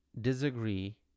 disagree